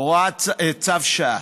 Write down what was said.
צו שעה.